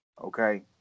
okay